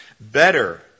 Better